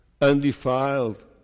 undefiled